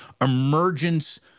emergence